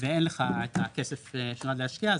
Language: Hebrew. ואין לך את הכסף שנועד להשקיע,